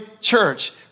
church